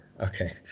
Okay